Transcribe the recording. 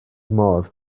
modd